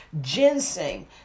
Ginseng